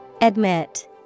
Admit